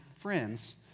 friends